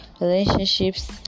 relationships